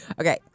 Okay